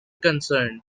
concerned